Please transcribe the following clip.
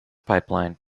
pipeline